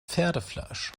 pferdefleisch